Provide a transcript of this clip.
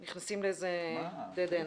נכנסים ל-dead end.